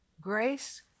Grace